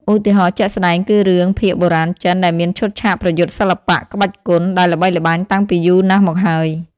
ឧទាហរណ៍ជាក់ស្តែងគឺរឿងភាគបុរាណចិនដែលមានឈុតឆាកប្រយុទ្ធសិល្បៈក្បាច់គុនដែលល្បីល្បាញតាំងពីយូរណាស់មកហើយ។